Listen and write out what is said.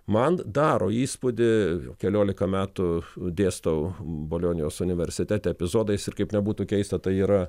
man daro įspūdį keliolika metų dėstau bolonijos universitete epizodais ir kaip nebūtų keista tai yra